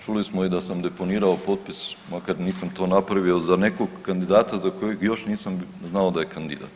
Čuli smo i da sam deponirao potpis makar nisam to napravio za nekog kandidata za kojeg još nisam znao da je kandidat.